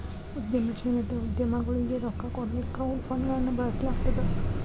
ಉದ್ಯಮಶೇಲತೆ ಉದ್ಯಮಗೊಳಿಗೆ ರೊಕ್ಕಾ ಕೊಡ್ಲಿಕ್ಕೆ ಕ್ರೌಡ್ ಫಂಡ್ಗಳನ್ನ ಬಳಸ್ಲಾಗ್ತದ